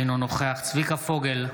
אינו נוכח צביקה פוגל,